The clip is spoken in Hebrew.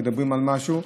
מדברים על משהו,